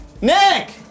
Nick